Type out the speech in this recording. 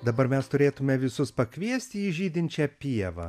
dabar mes turėtume visus pakviesti į žydinčią pievą